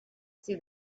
see